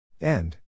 End